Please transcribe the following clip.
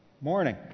morning